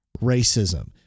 racism